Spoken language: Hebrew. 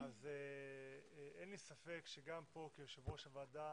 אז אין לי ספק, שגם פה, כיושב-ראש הוועדה